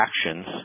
actions